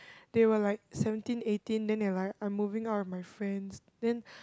they were like seventeen eighteen then they are like I'm moving out with my friends then